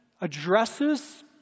addresses